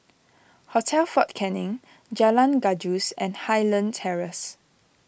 Hotel fort Canning Jalan Gajus and Highland Terrace